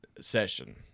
session